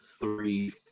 three